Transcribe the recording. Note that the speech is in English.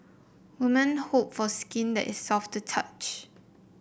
woman hope for skin that is soft to touch